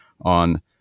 on